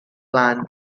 plan